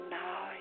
now